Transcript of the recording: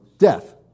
death